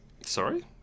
Sorry